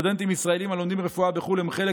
סטודנטים ישראלים הלומדים רפואה בחו"ל הם חלק